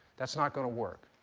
that's not going to work.